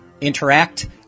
interact